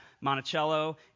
Monticello